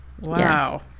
Wow